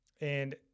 And-